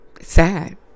sad